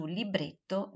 libretto